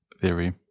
theory